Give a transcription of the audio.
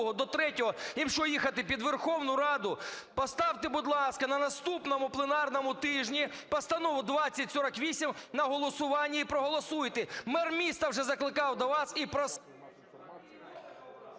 до третього. Їм що, їхати під Верховну Раду? Поставте, будь ласка, на наступному пленарному тижні Постанову 2048 на голосування і проголосуйте. Мер міста вже закликав до вас і …